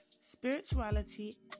spirituality